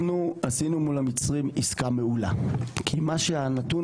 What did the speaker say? אנחנו עשינו מול המצרים עסקה מעולה כי מה שהנתון